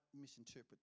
misinterpret